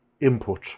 Input